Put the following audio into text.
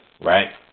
right